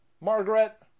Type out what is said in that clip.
Margaret